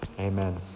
Amen